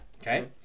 Okay